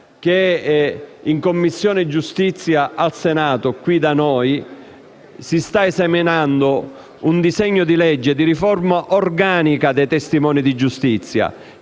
che in Commissione giustizia del Senato si sta esaminando un disegno di legge per una riforma organica sui testimoni di giustizia,